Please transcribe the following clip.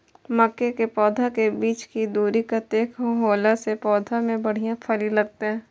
मके के पौधा के बीच के दूरी कतेक होला से पौधा में बढ़िया फली लगते?